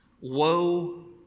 Woe